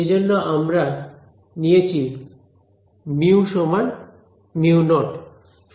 সেই জন্য আমরা নিয়েছি μ μ0